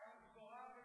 גם דבורה וגם מיכל.